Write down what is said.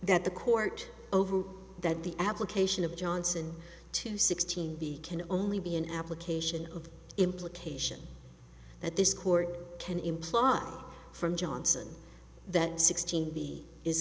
the court over that the application of johnson to sixteen the can only be an application of the implication that this court can imply from johnson that sixteen